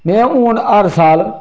में हून हर साल